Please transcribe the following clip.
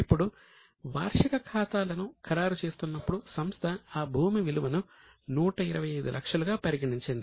ఇప్పుడు వార్షిక ఖాతాలను ఖరారు చేస్తున్నప్పుడు సంస్థ ఆ భూమి విలువను 125 లక్షలుగా పరిగణించింది